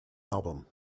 album